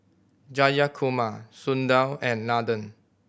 Jayakumar Sundar and Nathan